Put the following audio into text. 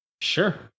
Sure